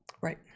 Right